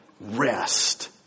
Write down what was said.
rest